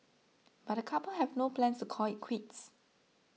but the couple have no plans to call it quits